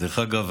דרך אגב,